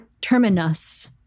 terminus